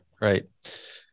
Right